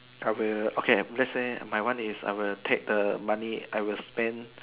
I will okay let's say my one is I will take the money I will spend